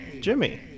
Jimmy